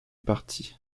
parti